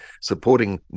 supporting